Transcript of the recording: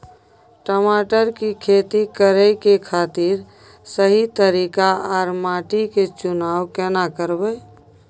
टमाटर की खेती करै के खातिर सही तरीका आर माटी के चुनाव केना करबै?